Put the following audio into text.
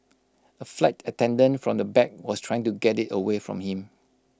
A flight attendant from the back was trying to get IT away from him